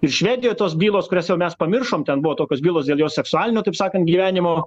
ir švedijoj tos bylos kurias jau mes pamiršom ten buvo tokios bylos dėl jo seksualinio taip sakant gyvenimo